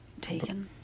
Taken